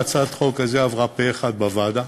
הצעת החוק הזו עברה פה-אחד בוועדה.